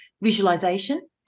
visualization